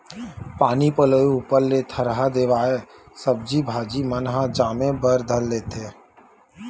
पानी पलोय ऊपर ले थरहा देवाय सब्जी भाजी मन ह जामे बर धर लेथे